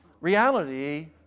reality